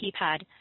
keypad